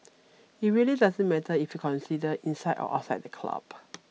it really doesn't matter if you consider inside or outside the club